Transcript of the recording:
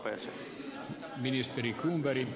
arvoisa puhemies